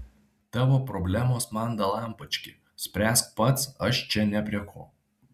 tavo problemos man dalampački spręsk pats aš čia ne prie ko